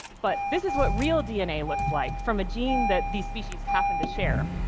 but this is what real dna looks like, from a gene that these species happen to share.